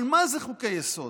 אבל מהם חוקי יסוד?